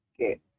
Okay